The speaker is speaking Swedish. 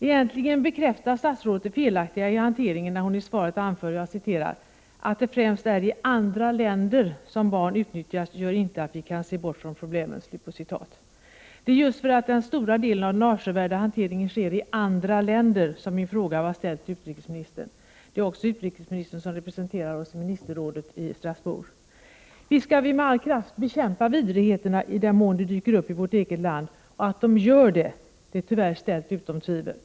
Egentligen bekräftar statsrådet det felaktiga i hanteringen när hon i svaret säger: ”Att det främst är i andra länder som barn utnyttjas gör inte att vi kan se bort från problemen.” Det är just för att den stora delen av den avskyvärda hanteringen sker i andra länder som min fråga var ställd till utrikesministern. Det är också utrikesministern som representerar Sverige i ministerrådet i Strasbourg. Visst skall vi med all kraft bekämpa vidrigheterna i den mån de dyker uppi vårt eget land, och att de gör det är tyvärr ställt utom tvivel.